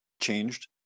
changed